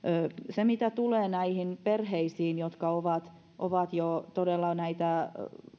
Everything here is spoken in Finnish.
se mitä tulee näihin perheisiin jotka todella ovat jo näitä